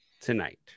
tonight